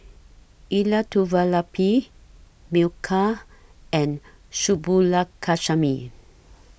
Elattuvalapil Milkha and Subbulakshmi